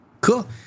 cool